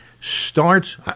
starts